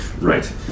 Right